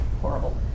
horrible